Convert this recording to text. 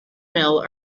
mill